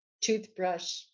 toothbrush